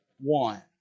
one